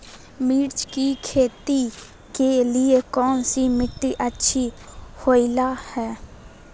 मिर्च की खेती के लिए कौन सी मिट्टी अच्छी होईला?